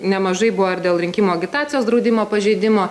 nemažai buvo ir dėl rinkimų agitacijos draudimo pažeidimo